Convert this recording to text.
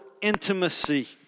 intimacy